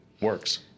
works